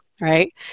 Right